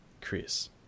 Chris